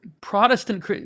Protestant